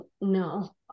no